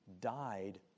died